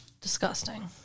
Disgusting